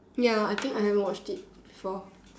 ya I think I never watched it so